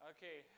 Okay